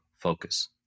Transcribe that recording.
focus